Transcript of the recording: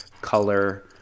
color